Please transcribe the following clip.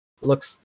looks